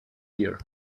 year